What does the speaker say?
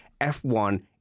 F1